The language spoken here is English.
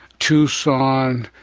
tucson,